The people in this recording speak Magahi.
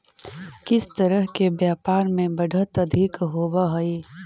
किस तरह के व्यापार में बढ़त अधिक होवअ हई